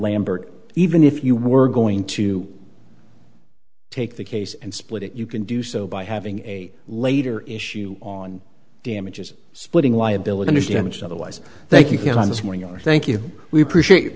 lambert even if you were going to take the case and split it you can do so by having a later issue on damages splitting liability damages otherwise thank you can this morning or thank you we appreciate